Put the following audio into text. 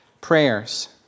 prayers